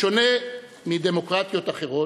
בשונה מדמוקרטיות אחרות,